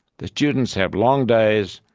the students have long days,